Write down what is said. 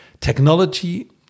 technology